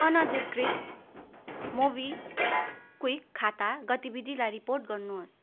अनाधिकृत् MobiKwik खाता गतिविधिलाई report गर्नुहोस्